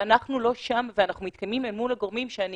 ואנחנו לא שם ואנחנו --- אל מול הגורמים שאני